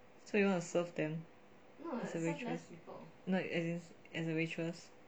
so you want to serve them as a waitress no as in as a waitress